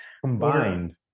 Combined